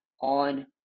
on